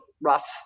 rough